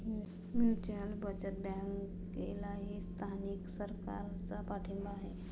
mutual बचत बँकेलाही स्थानिक सरकारचा पाठिंबा आहे